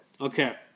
Okay